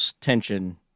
tension